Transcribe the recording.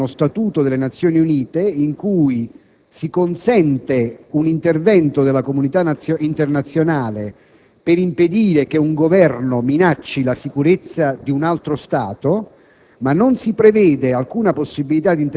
Oggi abbiamo uno Statuto delle Nazioni Unite in cui si consente un intervento della comunità internazionale per impedire che un Governo minacci la sicurezza di un altro Stato,